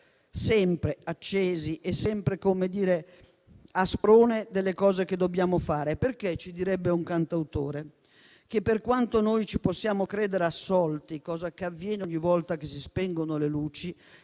sempre accesi, come sprone per quello che dobbiamo fare, perché - ci direbbe un cantautore - per quanto ci possiamo credere assolti - cosa che avviene ogni volta che si spengono le luci